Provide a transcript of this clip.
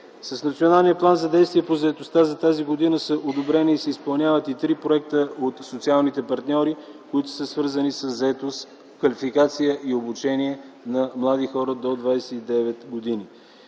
С Националния план за действие по заетостта за тази година са одобрени и се изпълняват и три проекта от социалните партньори, които са свързани със заетост, квалификация и обучение на млади хора до 29 години.